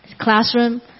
classroom